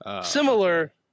Similar